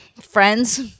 Friends